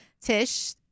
Tish